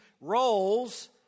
roles